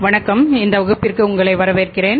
வணக்கம் இந்த வகுப்பிற்கு உங்களை வரவேற்கிறேன்